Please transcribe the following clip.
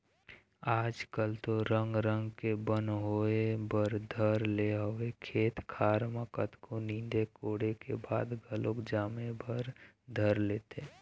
आज कल तो रंग रंग के बन होय बर धर ले हवय खेत खार म कतको नींदे कोड़े के बाद घलोक जामे बर धर लेथे